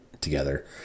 together